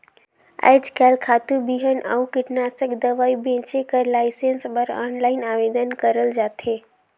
आएज काएल खातू, बीहन अउ कीटनासक दवई बेंचे कर लाइसेंस बर आनलाईन आवेदन करल जाथे